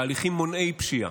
תהליכים מונעי פשיעה,